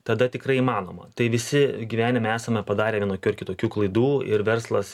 tada tikrai įmanoma tai visi gyvenime esame padarę vienokių ar kitokių klaidų ir verslas